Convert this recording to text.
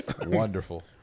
Wonderful